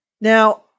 Now